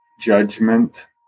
judgment